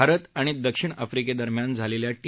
भारत आणि दक्षिण आफ्रिके दरम्यान झालेल्या टी